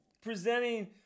presenting